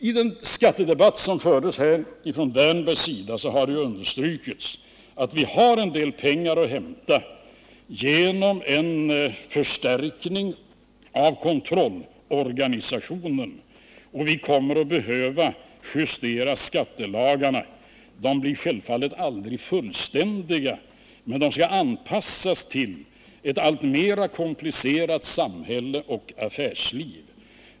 I den skattedebatt som förts här har herr Wärnberg understrukit att vi har en del pengar att hämta genom en förstärkning av kontrollorganisationen, och vi kommer att behöva justera skattelagarna. De blir självfallet aldrig fullständiga, men de skall anpassas till ett alltmer komplicerat samhälle och affärsliv.